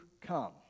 come